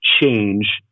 change